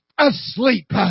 asleep